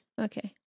Okay